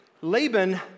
Laban